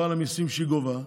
לא על המיסים שהיא גובה,